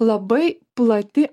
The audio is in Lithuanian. labai plati